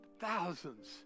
thousands